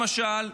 למשל,